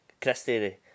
Christy